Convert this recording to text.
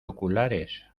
oculares